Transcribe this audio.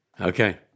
Okay